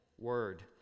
Word